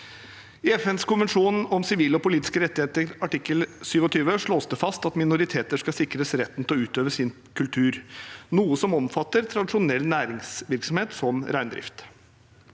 I FNs konvensjon om sivile og politiske rettigheter, artikkel 27, slås det fast at minoriteter skal sikres retten til å utøve sin kultur, noe som omfatter tradisjonell næringsvirksomhet som reindrift.